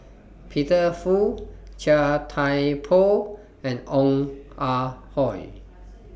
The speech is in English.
Peter Fu Chia Thye Poh and Ong Ah Hoi